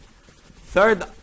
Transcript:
Third